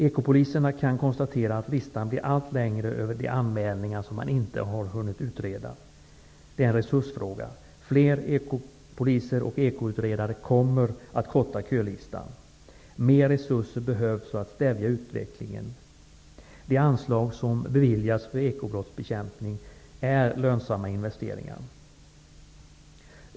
Ekopoliserna kan konstatera att listan blir allt längre över de anmälningar som inte har hunnit utredas. Det är en resursfråga. Fler ekopoliser och ekoutredare kommer att korta kölistan. Mer resurser behövs för att stävja utvecklingen. De anslag som beviljas för ekobrottsbekämpning är lönsamma investeringar.